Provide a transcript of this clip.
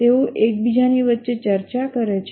તેઓ એકબીજાની વચ્ચે ચર્ચા કરે છે